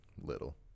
little